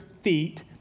feet